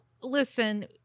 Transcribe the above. Listen